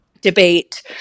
debate